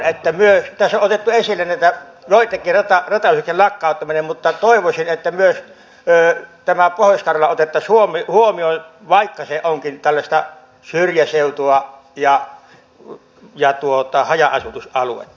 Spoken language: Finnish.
tässä on otettu esille joittenkin ratayhteyksien lakkauttaminen mutta toivoisin että myös pohjois karjala otettaisiin huomioon vaikka se onkin tällaista syrjäseutua ja haja asutusaluetta